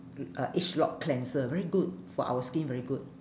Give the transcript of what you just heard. uh age lock cleanser very good for our skin very good